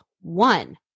one